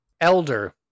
Elder